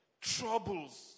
troubles